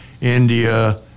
India